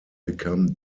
become